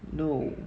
no